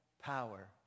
power